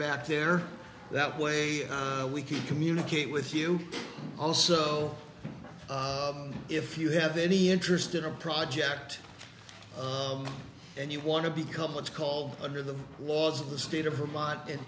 back there that way we can communicate with you also if you have any interest in a project and you want to become what's called under the laws of the state of vermont an